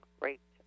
great